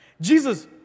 Jesus